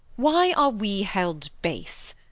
why are we held base,